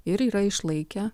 ir yra išlaikę